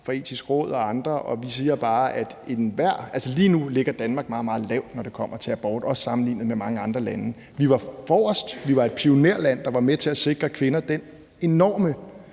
fra Etisk Råd og andre, og lige nu ligger Danmark altså meget, meget lavt, når det kommer til abortgrænsen, også sammenlignet med mange andre lande. Vi var forrest; vi var et pionerland, der var med til at sikre kvinder den enorme